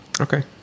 Okay